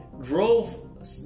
drove